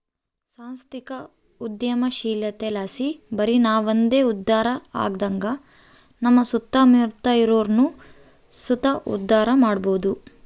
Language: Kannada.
ಸಾಂಸ್ಥಿಕ ಉದ್ಯಮಶೀಲತೆಲಾಸಿ ಬರಿ ನಾವಂದೆ ಉದ್ಧಾರ ಆಗದಂಗ ನಮ್ಮ ಸುತ್ತಮುತ್ತ ಇರೋರ್ನು ಸುತ ಉದ್ಧಾರ ಮಾಡಬೋದು